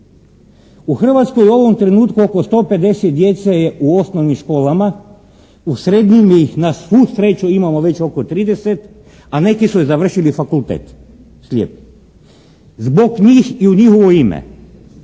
U Hrvatskoj u ovom trenutku oko 150 djece je u osnovnim školama, u srednjim ih na svu sreću imamo već oko 30, a neki su i završili fakultet, slijepi. Zbog njih i u njihovo ime